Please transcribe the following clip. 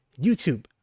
YouTube